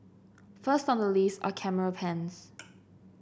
first on the list are camera pens